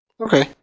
Okay